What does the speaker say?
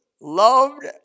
loved